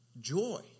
joy